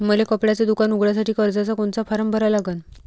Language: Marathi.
मले कपड्याच दुकान उघडासाठी कर्जाचा कोनचा फारम भरा लागन?